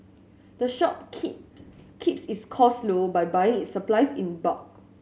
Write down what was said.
the shop keep keeps its costs low by buying its supplies in bulk